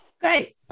Great